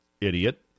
idiot